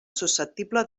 susceptible